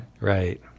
Right